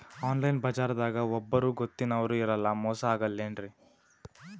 Online ಬಜಾರದಾಗ ಒಬ್ಬರೂ ಗೊತ್ತಿನವ್ರು ಇರಲ್ಲ, ಮೋಸ ಅಗಲ್ಲೆನ್ರಿ?